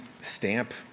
stamp